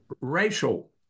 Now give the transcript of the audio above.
racial